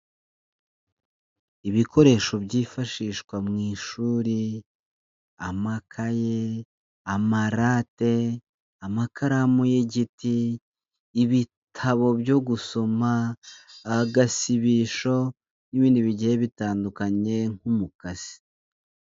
Ibikoresho byifashishwa mu ishuri, amakaye, amarate, amakaramu y'igiti, ibitabo byo gusoma, agasibisho, n'ibindi bigiye bitandukanye nk'umukasi.